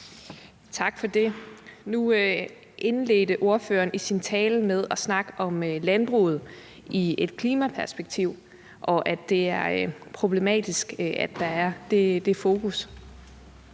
Tak for det. Nu indledte ordføreren sin tale med at snakke om landbruget i et klimaperspektiv og sige, at det er problematisk, at der er det fokus.